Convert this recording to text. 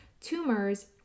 tumors